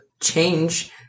change